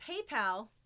PayPal